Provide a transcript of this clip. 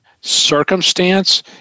circumstance